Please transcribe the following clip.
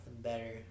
better